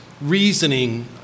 reasoning